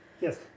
Yes